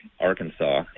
Arkansas